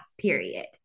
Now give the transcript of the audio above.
period